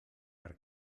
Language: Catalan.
per